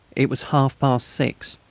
it was half-past six.